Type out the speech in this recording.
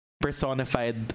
personified